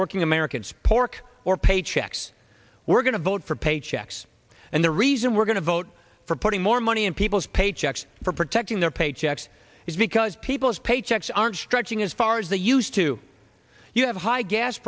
working americans pork or paychecks we're going to vote for paychecks and the reason we're going to vote for putting more money in people's paychecks for protecting their paychecks is because people's paychecks aren't stretching as far as they used to you have high gas